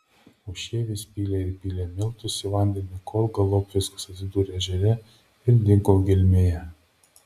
o šie vis pylė ir pylė miltus į vandenį kol galop viskas atsidūrė ežere ir dingo gelmėje